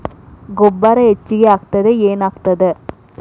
ಗೊಬ್ಬರ ಹೆಚ್ಚಿಗೆ ಹಾಕಿದರೆ ಏನಾಗ್ತದ?